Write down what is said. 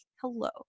hello